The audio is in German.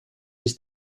bis